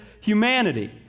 humanity